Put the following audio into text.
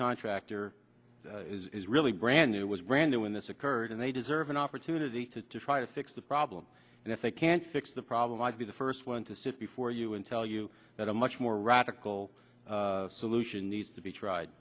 contractor is really brand new was brand new when this occurred and they deserve an opportunity to try to fix the problem and if they can't fix the problem i'd be the first one to sit before you and tell you that a much more radical solution needs to be tried